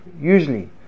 usually